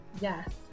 yes